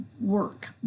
work